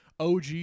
OG